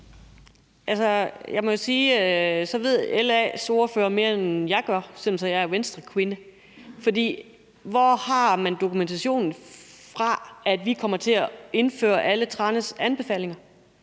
Altså, jeg må sige, at så ved LA's ordfører mere end mig, selv om jeg er Venstrekvinde. For hvorfra har man dokumentation for, at vi kommer til at indføre alle Tranæsudvalgets anbefalinger?